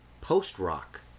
post-rock